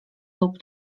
lub